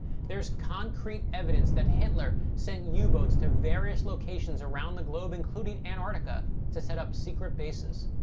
there's concrete evidence that hitler sent yeah u-boats to various locations around the globe, including antarctica, to set up secret bases.